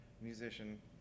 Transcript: musician